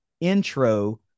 intro